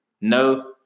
No